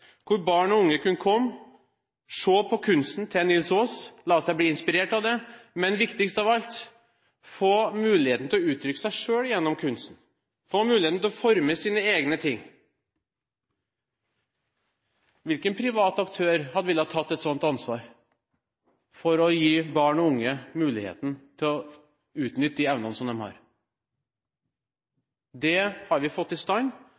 hvor barn og unge kunne komme, se på kunsten til Nils Aas og la seg bli inspirert av den, men viktigst av alt – å få muligheten til å uttrykke seg selv gjennom kunst, få muligheten til å forme sine egne ting. Hvilken privat aktør ville ha tatt et slikt ansvar for å gi barn og unge muligheten til å utnytte evnene sine? Dette har vi fått i stand